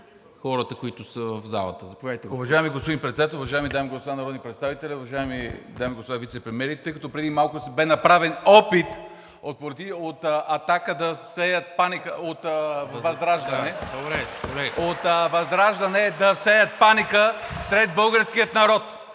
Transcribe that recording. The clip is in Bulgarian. хората, които са в залата.